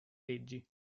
leggi